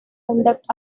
conduct